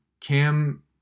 Cam